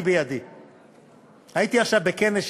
1 ביולי 2015. כהרגלנו ביום רביעי אנחנו פותחים את הישיבה בשאילתות.